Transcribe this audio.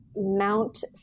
mount